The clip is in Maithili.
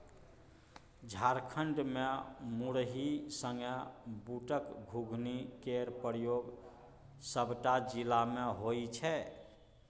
झारखंड मे मुरही संगे बुटक घुघनी केर प्रयोग सबटा जिला मे होइ छै